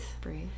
Breathe